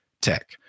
tech